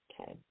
Okay